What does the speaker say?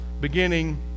beginning